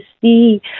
see